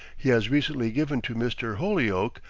he has recently given to mr. holyoake,